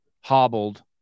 hobbled